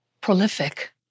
prolific